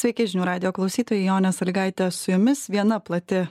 sveiki žinių radijo klausytojai jonė salygaitė su jumis viena plati